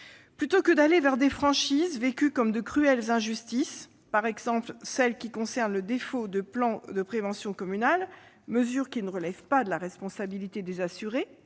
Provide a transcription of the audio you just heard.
Plutôt que d'aller vers des franchises vécues comme de cruelles injustices, à l'instar de celle qui concerne le défaut de plan de prévention communal, mesure qui ne relève pas de la responsabilité des assurés